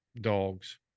dogs